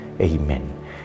amen